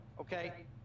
Okay